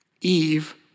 Eve